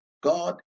God